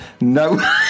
No